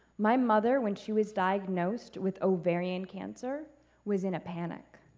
my mother, when she was diagnosed with ovarian cancer was in a panic.